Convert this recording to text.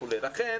לכן